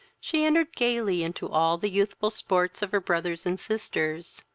she entered gaily into all the youthful sports of her brothers and sisters.